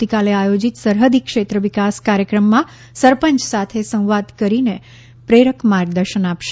ધોરડો ખાતે આવતીકાલે આયોજીત સરહદી ક્ષેત્ર વિકાસ કાર્યક્રમમાં સરપંચ સાથે સંવાદ કરીને પ્રેરક માર્ગદર્શન આપશે